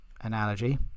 analogy